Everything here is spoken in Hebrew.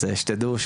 אז שתדעו,